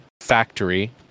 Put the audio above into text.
factory